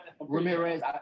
Ramirez